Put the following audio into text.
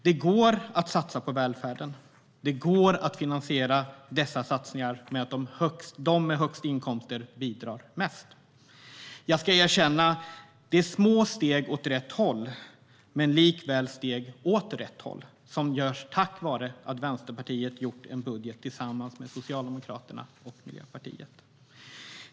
Det går att satsa på välfärden, och det går att finansiera dessa satsningar genom att de med högst inkomster bidrar mest. Jag ska erkänna att det är små steg åt rätt håll, men likväl steg åt rätt håll, som görs tack vare att Vänsterpartiet har gjort en budget tillsammans med Socialdemokraterna och Miljöpartiet.